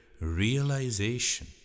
realization